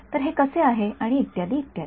तर हे कसे शक्य आहे आणि इत्यादी इत्यादी